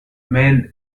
men